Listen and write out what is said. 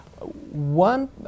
one